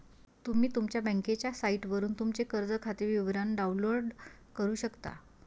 तुम्ही तुमच्या बँकेच्या साइटवरून तुमचे कर्ज खाते विवरण डाउनलोड करू शकता